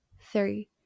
three